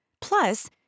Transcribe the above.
Plus